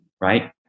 right